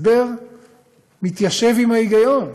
הסבר שמתיישב עם ההיגיון,